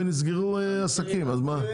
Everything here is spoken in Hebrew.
נסגרו עסקים, אז מה?